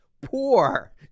poor